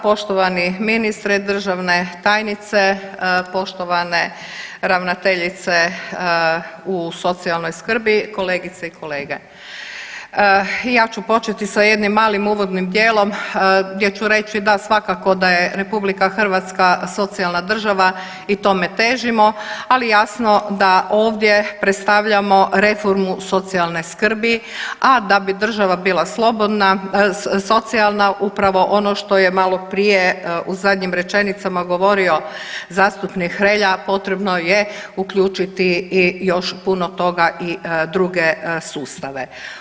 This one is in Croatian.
Poštovani ministre, državne tajnice, poštovane ravnateljice u socijalnoj skrbi, kolegice i kolege, ja ću početi sa jednim malim uvodnim dijelom gdje ću reći da svakako da je RH socijalna država i tome težimo, ali jasno da ovdje predstavljamo reformu socijalne skrbi, a da bi država bila slobodna, socijalna upravo ono što je maloprije u zadnjim rečenicama govorio zastupnik Hrelja potrebno je uključiti i još puno toga i druge sustave.